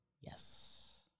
Yes